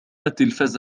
التلفاز